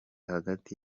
hagati